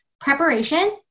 preparation